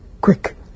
quick